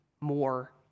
more